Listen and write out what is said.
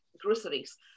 groceries